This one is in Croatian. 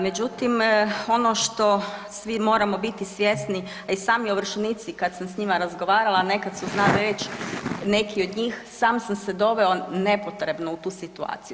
Međutim, ono što svi moramo biti svjesni, a i sami ovršenici kada sam s njima razgovarala nekad su znali reći neki od njih, sam sam se doveo nepotrebno u tu situaciju.